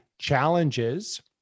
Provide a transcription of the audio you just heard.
challenges